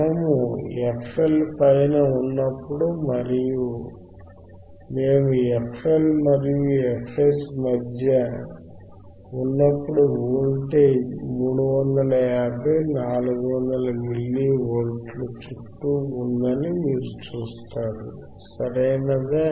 మనము fL పైన ఉన్నప్పుడు మరియు మేము fL మరియు fH మధ్య ఉన్నప్పుడు వోల్టేజ్ 350 400 మిల్లీ వోల్ట్ల చుట్టూ ఉందని మీరు చూస్తారు సరియైనదా